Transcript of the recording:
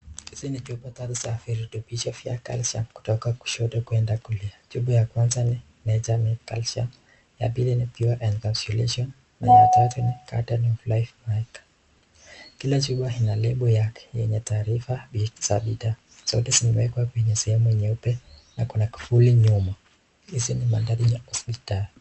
Hivi ni chupa tatu za virutubishi vya calcium kutoka kushoto kwenda kulia. Chupa ya kwanza ni Natute made calcium , ya pili ni pure encapsulation calcium na ya tatu ni Mykind organics .Kila chupa ina lebo yake na taarifa za bidhaa, zote zimeekwa kwenye sehemu nyeupe na kuna kivuli nyuma. Hizi ni mandhari ya hoaspitali.